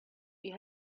you